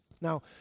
Now